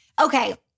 Okay